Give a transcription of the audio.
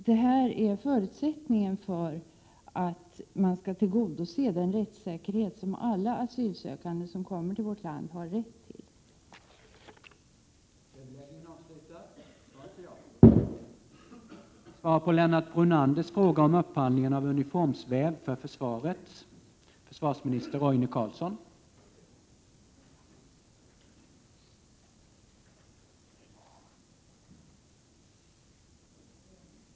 Det är förutsättningen för att man skall tillgodose den rättssäkerhet som alla asylsökande som kommer till vårt land har rätt till.